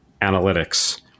analytics